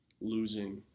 losing